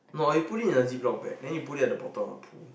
no or you put it in a Ziplock bag then you put it at the bottom of the pool